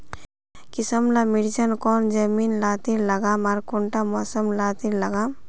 किसम ला मिर्चन कौन जमीन लात्तिर लगाम आर कुंटा मौसम लात्तिर लगाम?